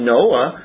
Noah